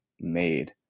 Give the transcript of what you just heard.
made